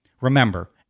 Remember